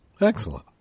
Excellent